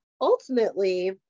ultimately